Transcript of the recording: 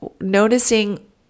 Noticing